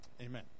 amen